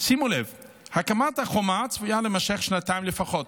שימו לב, הקמת החומה צפויה להימשך שנתיים לפחות.